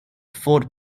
fort